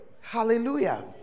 Hallelujah